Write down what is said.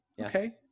okay